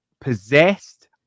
possessed